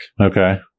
Okay